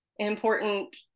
important